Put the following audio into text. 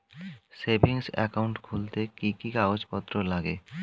Savings account খুলতে কি কি কাগজপত্র লাগে?